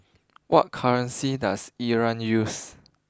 what currency does Iran use